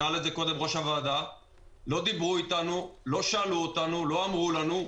לא דיברו איתנו, לא שאלו אותנו, לא אמרו לנו.